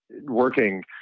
working